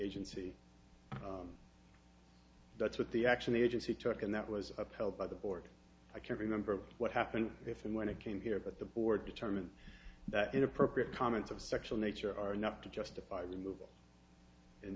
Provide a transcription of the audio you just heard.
agency that's what the actually agency took and that was upheld by the board i can't remember what happened if and when it came here but the board determined that inappropriate comments of sexual nature are enough to justify removal